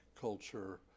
culture